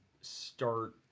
start